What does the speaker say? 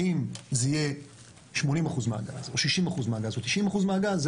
האם זה יהיה 80% מהגז או 60% מהגז או 90% מהגז זו